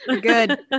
Good